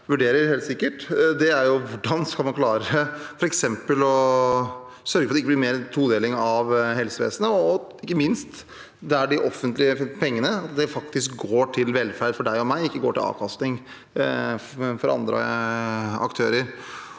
være hvordan man skal klare f.eks. å sørge for at det ikke blir mer todeling av helsevesenet, og ikke minst at de offentlige pengene faktisk går til velferd for deg og meg, ikke til avkastning for andre aktører.